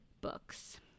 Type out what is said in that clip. books